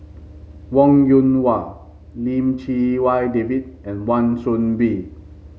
Wong Yoon Wah Lim Chee Wai David and Wan Soon Bee